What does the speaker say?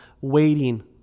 waiting